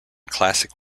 classic